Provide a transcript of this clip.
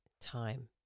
time